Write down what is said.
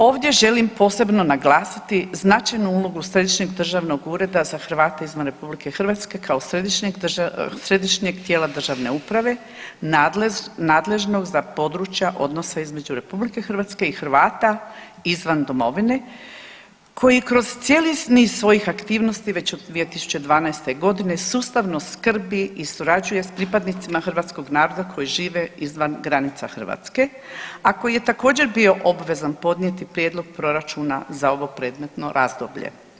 Ovdje želim posebno naglasiti značajnu ulogu Središnjeg državnog ureda za Hrvate izvan Republike Hrvatske kao središnjeg tijela državne uprave nadležnog za područja odnosa između Republike Hrvatske i Hrvata izvan domovine koji kroz cijeli niz svojih aktivnosti već od 2012. godine sustavno skrbi i surađuje s pripadnicima hrvatskog naroda koji žive izvan granica Hrvatske, a koji je također bio obvezan podnijeti Prijedlog proračuna za ovo predmetno razdoblje.